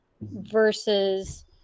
versus